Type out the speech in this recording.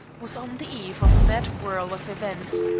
was on the eve of a mad whirl of events,